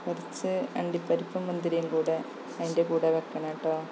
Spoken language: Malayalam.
കുറച്ച് അണ്ടിപ്പരിപ്പും മുന്തിരിയും കൂടി അതിൻ്റെ കൂടെ വെക്കണം കേട്ടോ